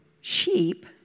sheep